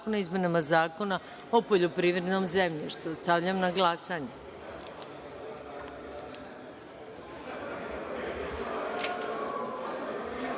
o izmenama Zakona o poljoprivrednom zemljištu. Stavljam na glasanje